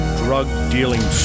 drug-dealing